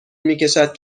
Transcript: میکشد